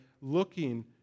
looking